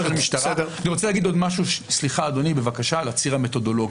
רוצה להגיד עוד משהו על הציר המתודולוגי,